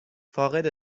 فاقد